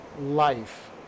life